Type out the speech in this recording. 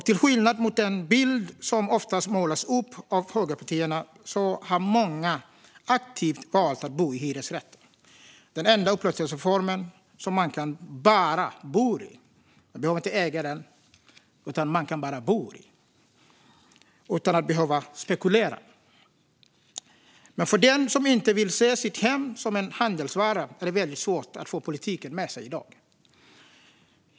Till skillnad från den bild som oftast målas upp av högerpartierna har många aktivt valt att bo i hyresrätt, den enda upplåtelseform som man kan "bara" bo i. Man behöver inte äga den; man kan bara bo i den utan att behöva spekulera. Men för den som inte vill se sitt hem som en handelsvara är det väldigt svårt att få politiken med sig i dag.